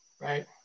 right